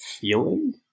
feeling